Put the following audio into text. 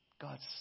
God's